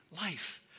life